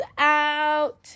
out